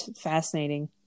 fascinating